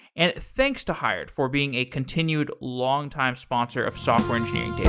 and thanks to hired for being a continued longtime sponsor of software engineering